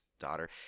daughter